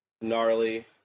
gnarly